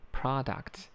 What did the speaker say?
product